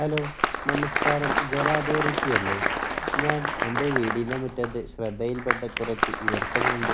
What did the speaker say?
hello നമസ്കാരം ജല authority അല്ലേ ഞാൻ എൻ്റെ വീടിന് മുറ്റത്ത് ശ്രദ്ധയിൽ പെട്ട കുറച്ച് ഈർപ്പം കണ്ട്